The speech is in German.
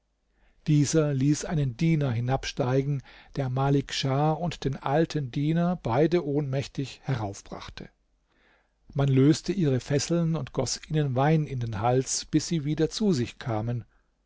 dieser ließ einen diener hinabsteigen der malik schah und den alten diener beide ohnmächtig heraufbrachte man löste ihre fesseln und goß ihnen wein in den hals bis sie wieder zu sich kamen